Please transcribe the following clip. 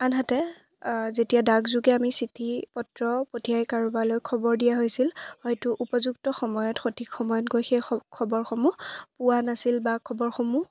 আনহাতে যেতিয়া ডাকযোগে আমি চিঠি পত্ৰ পঠিয়াই কাৰোবালৈ খবৰ দিয়া হৈছিল হয়তো উপযুক্ত সময়ত সঠিক সময়ত গৈ সেই খবৰসমূহ পোৱা নাছিল বা খবৰসমূহ